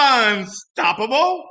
unstoppable